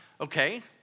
Okay